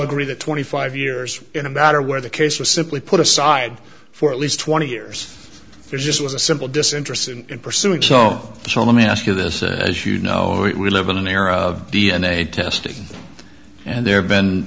agree that twenty five years in a matter where the case was simply put aside for at least twenty years there just was a simple disinterest in pursuing so so let me ask you this as you know we live in an era of d n a testing and there have been